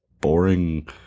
Boring